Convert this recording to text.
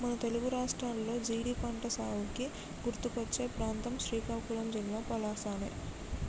మన తెలుగు రాష్ట్రాల్లో జీడి పంటసాగుకి గుర్తుకొచ్చే ప్రాంతం శ్రీకాకుళం జిల్లా పలాసనే